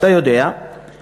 אתה יודע שאנחנו,